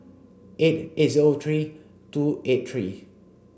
eight is O three two eight three